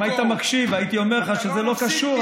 אם היית מקשיב הייתי אומר לך שזה לא קשור,